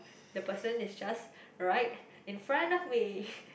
the person is just right in front of me